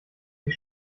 sie